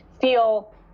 feel